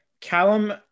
Callum